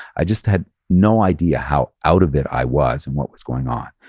i just had no idea how out of it i was and what was going on.